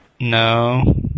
no